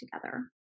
together